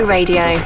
Radio